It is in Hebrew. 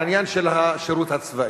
העניין של השירות הצבאי,